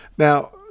Now